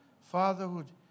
fatherhood